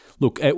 Look